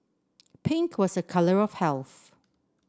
pink was a colour of health